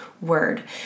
word